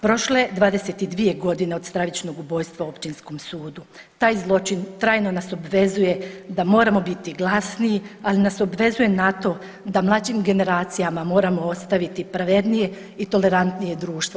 Prošle su 22 godine od stravičnog ubojstva u općinskom sudu, taj zločin trajno nas obvezuje da moramo biti glasniji, ali nas obvezuje na to da mlađim generacijama moramo ostaviti pravednije i tolerantnije društvo.